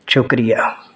ਸ਼ੁਕਰੀਆ